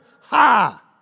Ha